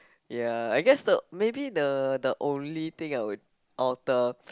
ya I guess the maybe the the only thing I would alter